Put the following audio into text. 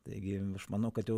taigi aš manau kad jau